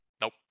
Nope